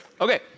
Okay